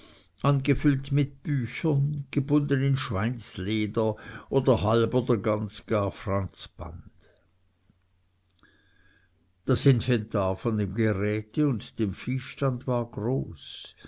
angefüllt mit büchern gebunden in schweinsleder oder halb oder gar ganz franzband das inventar von dem geräte und dem viehstand war groß